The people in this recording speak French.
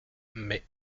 mais